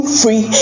free